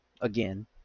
again